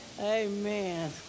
Amen